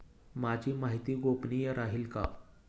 माझी माहिती गोपनीय राहील का?